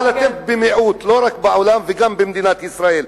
אבל אתם במיעוט, לא רק בעולם אלא גם במדינת ישראל.